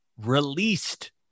released